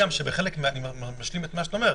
אני משלים את מה שאתה אומר.